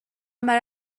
برای